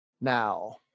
now